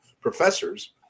professors